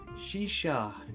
shisha